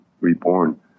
reborn